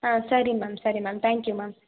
ಹಾಂ ಸರಿ ಮ್ಯಾಮ್ ಸರಿ ಮ್ಯಾಮ್ ತ್ಯಾಂಕ್ ಯು ಮ್ಯಾಮ್